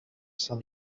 sun